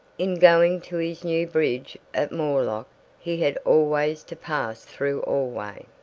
in going to his new bridge at moorlock he had always to pass through allway.